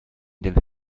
den